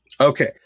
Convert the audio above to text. Okay